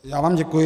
Já vám děkuji.